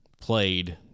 played